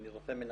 אני רופא מנתח,